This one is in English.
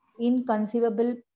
inconceivable